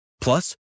Plus